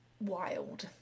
wild